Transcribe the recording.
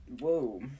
whoa